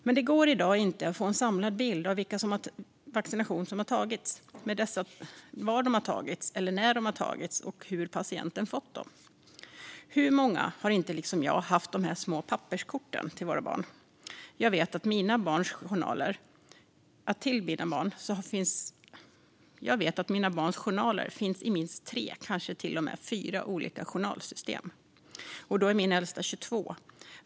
Men det går inte att i dag få en samlad bild av vilka vaccinationer som har tagits, var de har tagits eller när de har tagits och hur patienten har fått dem. Hur många har inte liksom jag haft dessa små papperskort till sina barn? Jag vet att mina barns journaler finns i minst tre, kanske till och med fyra, olika journalsystem - och då är min äldsta 22 år.